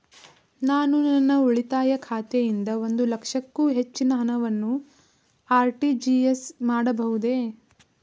ನಾನು ನನ್ನ ಉಳಿತಾಯ ಖಾತೆಯಿಂದ ಒಂದು ಲಕ್ಷಕ್ಕೂ ಹೆಚ್ಚಿನ ಹಣವನ್ನು ಆರ್.ಟಿ.ಜಿ.ಎಸ್ ಮಾಡಬಹುದೇ?